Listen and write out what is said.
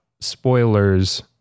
spoilers